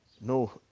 no